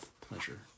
pleasure